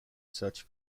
such